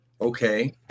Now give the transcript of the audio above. Okay